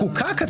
החוקה.